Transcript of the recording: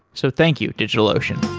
so, thank you, digitalocean.